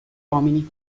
uomini